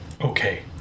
Okay